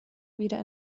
wieder